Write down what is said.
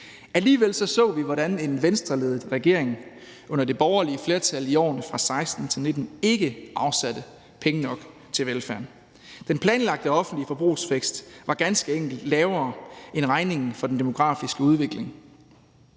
Alligevel så vi, hvordan en Venstreledet regering under det borgerlige flertal i årene fra 2016 til 2019 ikke afsatte penge nok til velfærden. Den planlagte offentlige forbrugsvækst var ganske enkelt lavere end regningen for den demografiske udvikling.